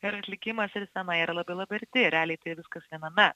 ir atlikimas ir scena yra labai labai arti realiai tai viskas viename